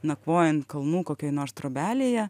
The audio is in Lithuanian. nakvojant kalnų kokioj nors trobelėje